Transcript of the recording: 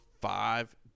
five